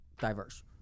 diverse